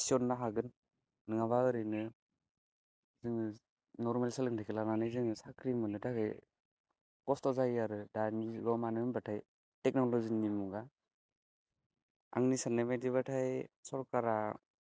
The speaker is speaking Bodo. थिसननो होगोन नङाबा ओरैनो जोङो नर्माल सोलोंथाइखौ लानानै जोङो साख्रि मोनो थाखाय खस्थ' जायो आरो दानि जुगाव मानो होनबाथाय टेक्न'लजिनि मुगा आंनि सानाय बायदिबाथाय सरकारा